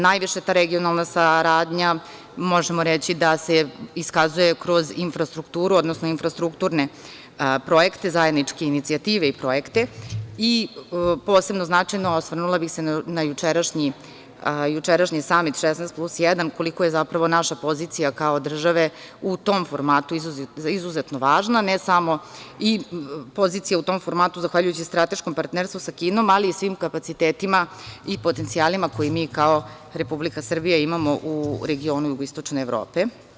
Najviša regionalna saradnja možemo reći da se iskazuje kroz infrastrukturu, odnosno infrastrukturne projekte, zajedničke inicijative i projekte i posebno značajno, osvrnula bih se na jučerašnji Samit 16 plus jedan, koliko je zapravo naša pozicija kao države u tom formatu izuzetno važna, ne samo pozicija u tom formatu zahvaljujući strateškom partnerstvu sa Kinom, ali i svim kapacitetima i potencijalima koje mi kao Republika Srbija imamo u regionu Jugoistočne Evrope.